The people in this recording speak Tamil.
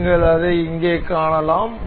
நீங்கள் அதை இங்கே காணலாம்